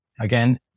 again